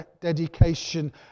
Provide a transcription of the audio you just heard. dedication